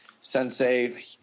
Sensei